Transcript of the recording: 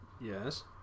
Yes